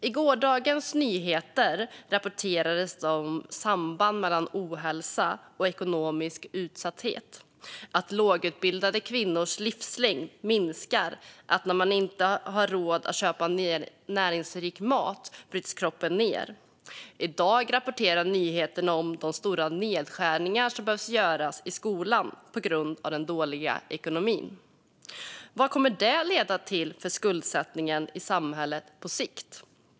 I gårdagens nyheter rapporterades det om samband mellan ohälsa och ekonomisk utsatthet, om att lågutbildade kvinnors livslängd minskar och om att kroppen bryts ned när man inte har råd att köpa näringsrik mat. I dag rapporterar nyheterna om de stora nedskärningar som behöver göras i skolan på grund av den dåliga ekonomin. Vad kommer det att leda till för skuldsättningen i samhället på sikt?